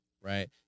right